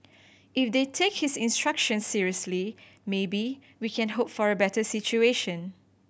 if they take his instructions seriously maybe we can hope for a better situation